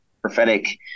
prophetic